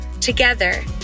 Together